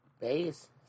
Base